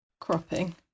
cropping